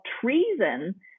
treason